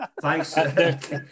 Thanks